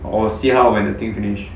or see how when the thing finish